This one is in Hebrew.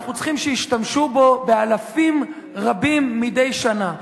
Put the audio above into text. אנחנו צריכים שישתמשו בו באלפים רבים מדי שנה,